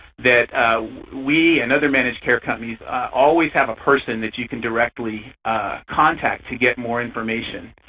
that we and other managed care companies always have a person that you can directly contact to get more information.